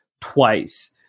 twice